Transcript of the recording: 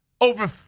over